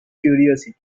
curiosity